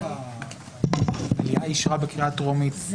המליאה אישרה בקריאה טרומית.